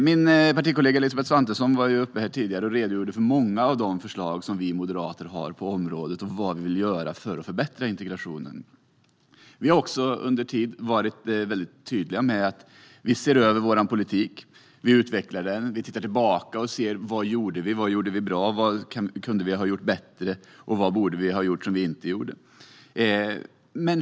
Min partikollega Elisabeth Svantesson redogjorde tidigare för många av de förslag som vi moderater har på området om vad vi vill göra för att förbättra integrationen. Vi har varit tydliga med att vi ser över vår politik och utvecklar den. Vi ser tillbaka på vad vi har gjort, vad vi gjorde bra, vad vi kunde ha gjort bättre och vad borde vi ha gjort som vi inte gjorde.